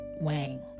Wang